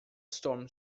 storm